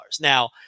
Now